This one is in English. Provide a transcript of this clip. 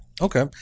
Okay